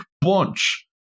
Bunch